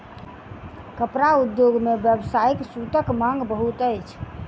कपड़ा उद्योग मे व्यावसायिक सूतक मांग बहुत अछि